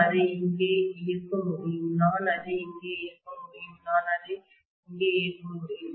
நான் அதை இங்கே இயக்க முடியும் நான் அதை இங்கே இயக்க முடியும் நான் அதை இங்கே இயக்க முடியும்